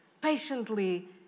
patiently